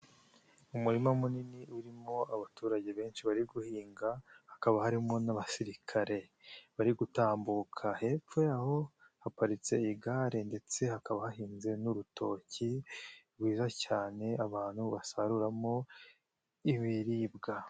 Umurima munini urimo abaturage benshi bari guhinga, hakaba harimo n'abasirikare bari gutambuka. Hepfo yaho, haparitse igare ndetse hakaba hahinze n'urutoki, rwiza cyane abantu basaruramo ibiribwa.